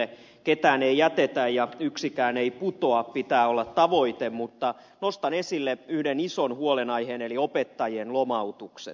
ketään ei jätetä ja yksikään ei putoa sen pitää olla tavoite mutta nostan esille yhden ison huolenaiheen eli opettajien lomautukset